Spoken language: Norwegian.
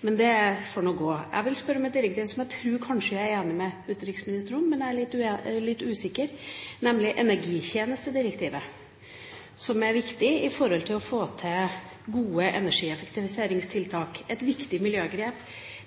Men det får gå. Jeg vil spørre om et direktiv, som jeg kanskje tror jeg er enig med utenriksministeren om, men jeg er litt usikker, nemlig energitjenestedirektivet. Det er viktig for å få til gode energieffektiviseringstiltak – et viktig miljøgrep